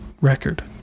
record